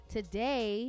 Today